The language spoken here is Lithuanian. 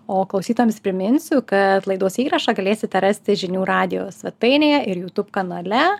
o klausytojams priminsiu kad laidos įrašą galėsite rasti žinių radijo svetainėje ir jutūb kanale